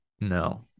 No